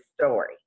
story